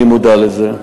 אני מודע לזה.